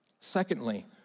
Secondly